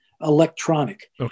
electronic